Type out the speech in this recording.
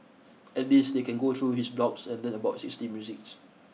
at least they can go through his blogs and learn about sixties musics